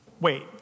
Wait